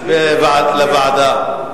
בעד, לוועדה.